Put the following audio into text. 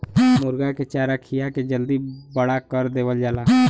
मुरगा के चारा खिया के जल्दी बड़ा कर देवल जाला